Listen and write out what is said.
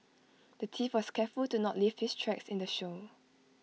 the thief was careful to not leave his tracks in the show